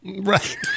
right